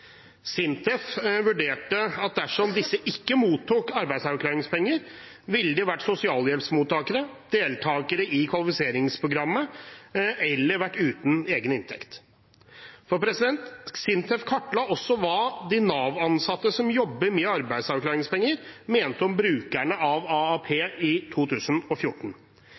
SINTEF vurderte at dersom disse ikke mottok arbeidsavklaringspenger, ville de vært sosialhjelpsmottakere, deltakere i kvalifiseringsprogrammet eller vært uten egen inntekt. SINTEF kartla også hva de Nav-ansatte som jobber med arbeidsavklaringspenger, mente om brukerne av AAP i 2014.